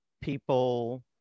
people